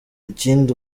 ikindi